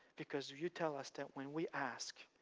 because you tell us that when we ask,